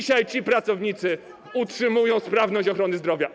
Dzisiaj ci pracownicy utrzymują sprawność ochrony zdrowia.